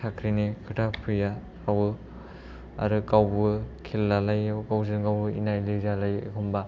साख्रिनि खोथा फैया आरो गावबो खेल लालायिआव गावजोंगाव एना एनि जालायो एखनबा